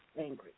angry